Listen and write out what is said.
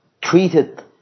treated